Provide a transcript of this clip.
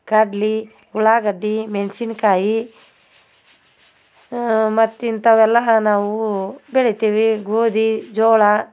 ಕಡ್ಲೆ ಉಳ್ಳಾಗಡ್ಡಿ ಮೆಣಸಿನ್ಕಾಯಿ ಮತ್ತು ಇಂಥವೆಲ್ಲ ನಾವು ಬೆಳಿತೀವಿ ಗೋಧಿ ಜೋಳ